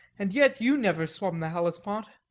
and yet you never swum the hellespont.